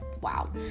wow